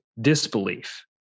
disbelief